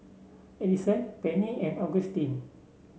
Adison Penny and Augustin